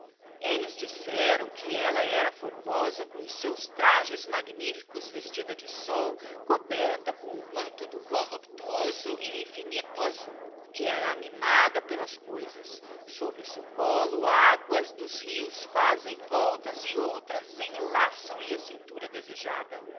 elles aisseram que ella era formosa com os seus trajes magníficos vestida de sol coberta com o manto do voluptuoso e infinito azul que era amimada pelas coisas sobre o seucollo aguas dos rios fazem voltas e outras enlaçam lhe a cintura desejada